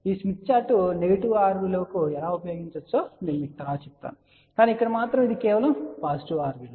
ఈ Smith chart negative R విలువకు ఎలా ఉపయోగించవచ్చో నేను మీకు చెప్తాను కానీ ఇక్కడ మాత్రం ఇది కేవలం పాజిటివ్ R విలువ